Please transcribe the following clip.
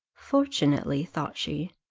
fortunately, thought she,